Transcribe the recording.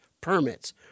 permits